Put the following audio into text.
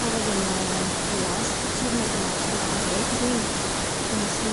Karazan̈a glasy; tsirona glasy? Maro haiko zen̈y: misy